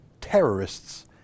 terrorists